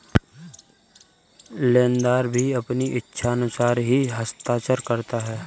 लेनदार भी अपनी इच्छानुसार ही हस्ताक्षर करता है